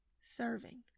serving